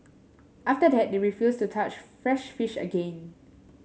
after that they refused to touch fresh fish again